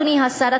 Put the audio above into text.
אדוני השר,